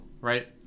right